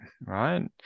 right